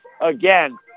again